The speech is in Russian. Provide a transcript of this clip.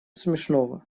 смешного